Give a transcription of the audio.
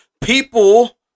people